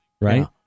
right